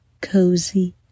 cozy